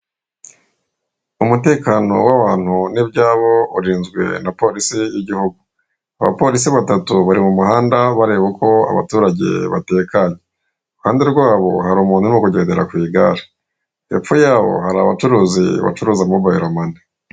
Umutekano w'abantu n'ibyabo urinzwe na polisi y'igihugu, abapolisi batatu bari mu muhanda bareba uko abaturage batekanye, i ruhande rwabo hari umuntu urimo kugendera ku igare, hepfo yabo hari abacuruzi bacuruza mobayiro mane.